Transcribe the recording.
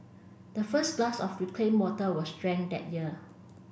the first glass of reclaimed water was drank that year